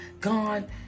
God